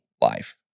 life